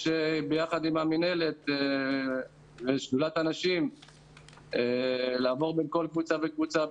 יש ביחד עם המנהלת ושדולת הנשים לעבור בין כל קבוצה וקבוצה,